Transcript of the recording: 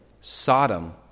Sodom